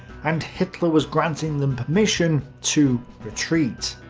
and hitler was granting them permission to retreat.